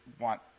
want